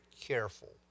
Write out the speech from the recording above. careful